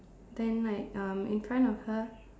then like um in front of her